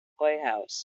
playhouse